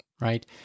right